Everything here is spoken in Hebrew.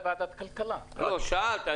שאלת,